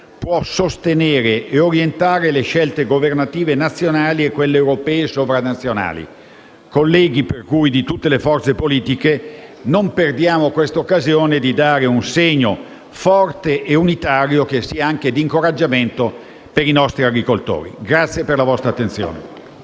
può sostenere e orientare le scelte governative nazionali e quelle europee sovranazionali. Colleghi di tutti le forze politiche, non perdiamo l'occasione di dare un segno forte e unitario che sia anche di incoraggiamento per i nostri agricoltori. PRESIDENTE. Ha facoltà di